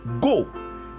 Go